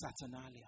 saturnalia